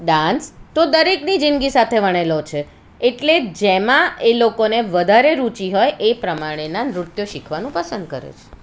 dance તો દરેકની જિંદગી સાથે વણેલો છે એટલે જેમાં એ લોકોને વધારે રુચિ હોય એ પ્રમાણેનાં નૃત્યો શીખવાનું પસંદ કરે છે